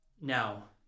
Now